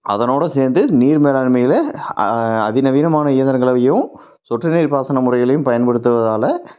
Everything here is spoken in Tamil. அதனோடு சேர்ந்து நீர் மேலாண்மையில் அதி நவீனமான இயந்திரங்களையும் சொட்டு நீர் பாசன முறைகளையும் பயன்படுத்துவதால்